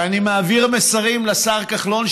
ואני מעביר מסרים לשר כחלון,